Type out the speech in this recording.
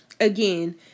Again